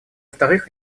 вторых